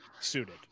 suited